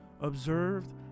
observed